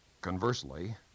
Conversely